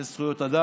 אין זכויות אדם,